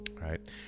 right